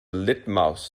litmus